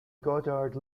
goddard